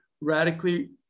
radically